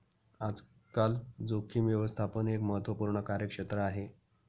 आजकाल जोखीम व्यवस्थापन एक महत्त्वपूर्ण कार्यक्षेत्र आहे